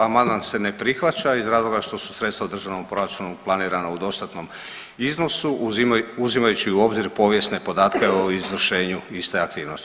Amandman se ne prihvaća iz razloga što su sredstva u državnom proračunu planirana u dostatnom iznosu uzimajući u obzir povijesne podatke o izvršenju iste aktivnosti.